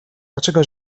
dlaczego